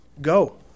Go